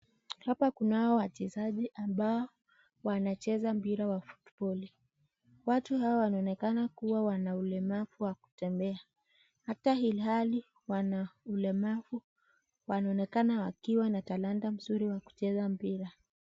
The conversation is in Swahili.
Hapa kunao wachezaji ambao wanacheza mpira wa futboli .Watu hawa wanaonekana kuwa na ulemavu wa kutembea .Ata ilhali wanaulemavu wanaonekana wanatalanta nzuri ya kucheza mpira.